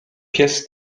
pies